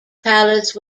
palace